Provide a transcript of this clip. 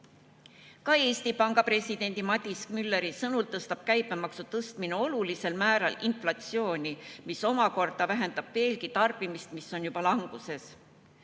Ka Eesti Panga presidendi Madis Mülleri sõnul tõstab käibemaksu tõstmine olulisel määral inflatsiooni, mis omakorda vähendab veelgi tarbimist, mis on juba niigi languses.